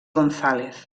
gonzález